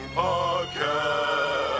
podcast